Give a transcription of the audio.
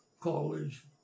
college